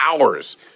hours